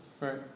Right